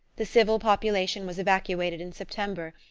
the civil population was evacuated in september,